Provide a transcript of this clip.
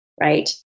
right